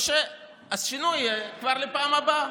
או שהשינוי יהיה כבר לפעם הבאה.